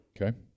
okay